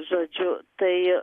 žodžiu tai